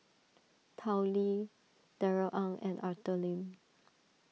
Tao Li Darrell Ang and Arthur Lim